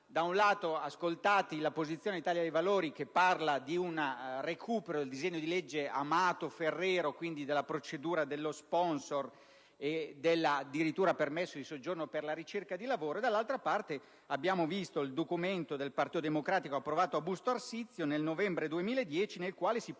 da un lato ascoltato la posizione dell'Italia dei Valori, che parla di un recupero del disegno di legge Amato-Ferrero, quindi della procedura dello sponsor e addirittura del permesso di soggiorno per la ricerca di lavoro, e dall'altra parte abbiamo visto il documento del Partito Democratico approvato a Busto Arsizio nel novembre 2010 nel quale si